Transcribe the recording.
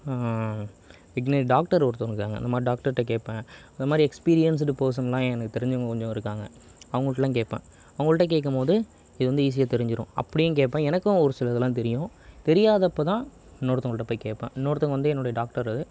IGNOU doctor ஒருத்தவங்க இருக்காங்க இந்த மாதிரி டாக்டர்கிட்ட கேட்பேன் இந்த மாதிரி எக்ஸ்பீரியன்ஸ்டு பர்சன்ல்லாம் எனக்கு தெரிஞ்சுவங்க கொஞ்சம் இருக்காங்க அவர்கள்ட்டலாம் கேட்பேன் அவர்கள்ட்ட கேட்கும்போது இது வந்து ஈஸியாக தெரிஞ்சிடும் அப்படியும் கேட்பேன் எனக்கு ஒரு சிலதெலாம் தெரியும் தெரியாதப்போதான் இன்னொருத்தவங்கள்கிட்ட போய் கேட்பேன் இன்னொருத்தவங்க வந்து என்னோட டாக்டர்